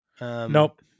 Nope